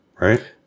right